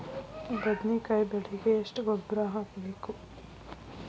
ಬದ್ನಿಕಾಯಿ ಬೆಳಿಗೆ ಎಷ್ಟ ಗೊಬ್ಬರ ಹಾಕ್ಬೇಕು?